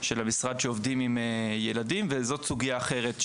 המשרד שעובדים עם ילדים זה מה שנמסר לנו וזאת סוגייה אחרת,